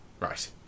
Right